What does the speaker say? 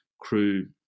crew